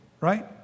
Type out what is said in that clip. right